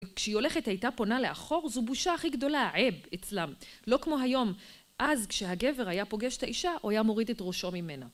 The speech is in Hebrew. כשהיא הולכת הייתה פונה לאחור, זו בושה הכי גדולה, העב אצלם. לא כמו היום, אז כשהגבר היה פוגש את האישה, הוא היה מוריד את ראשו ממנה.